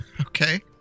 Okay